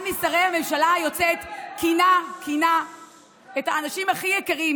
אחד משרי הממשלה היוצאת כינה את האנשים הכי יקרים,